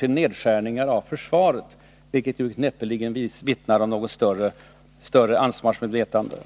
nedskärningar av försvaret, vilket näppeligen vittnar om något större ansvarsmedvetande.